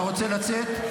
אתה רוצה לצאת?